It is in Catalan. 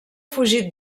fugit